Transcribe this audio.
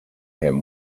him